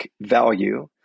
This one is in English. value